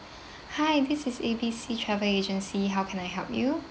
hi this is A B C travel agency how can I help you